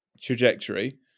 trajectory